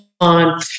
on